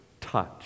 touch